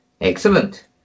Excellent